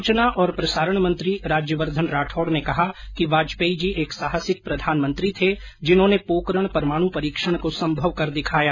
सूचना और प्रसारण मंत्री राज्यवर्धन राठौड़ ने कहा कि वाजपेयी जी एक साहसिक प्रधानमंत्री र्थ जिन्होंने पोकरण परमाणु परीक्षण को संभव कर दिखाया